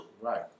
Right